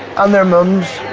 and their mums.